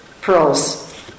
pearls